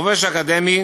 החופש האקדמי